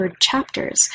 Chapters